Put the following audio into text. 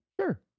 Sure